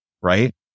right